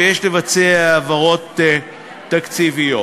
ויש לבצע העברות תקציביות,